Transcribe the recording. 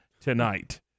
tonight